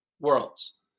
worlds